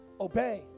obey